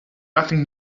nothing